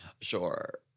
Sure